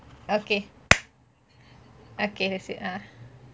okay okay that's it ah